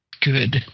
good